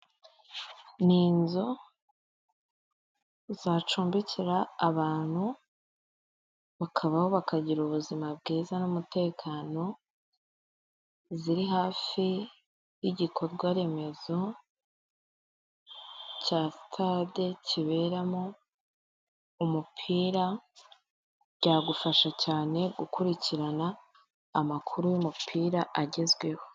Ni inzu zacumbikira abantu, bakabaho bakagira ubuzima bwiza n'umutekano, ziri hafi y'igikorwaremezo, cya sitade kiberamo umupira, byagufasha cyane gukurikirana. amakuru y'umupira agezweho.